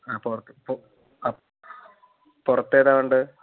ആ പോർ അപ്പം അ പുറത്തേതാണ് വേണ്ടത്